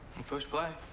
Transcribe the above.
push play.